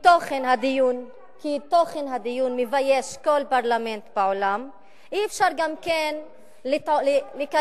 לא היה דיון, את הכנת נאום לא נכון, סליחה.